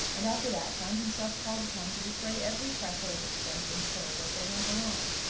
and after that found himself called upon to defray every trifle of expense incurred as they went along.